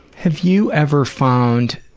have you ever found,